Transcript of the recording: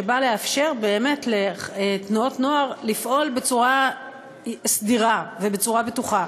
שבאה לאפשר באמת לתנועות נוער לפעול בצורה סדירה ובצורה בטוחה.